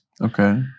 Okay